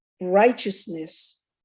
righteousness